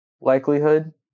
likelihood